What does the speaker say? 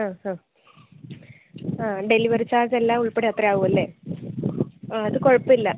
ആ ഹാ ആ ഡെലിവറി ചാർജെല്ലാം ഉൾപ്പടെ അത്രയും ആകുമല്ലെ ആ അത് കുഴപ്പമില്ല